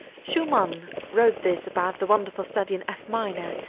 schumann wrote this about the wonderful study in f minor,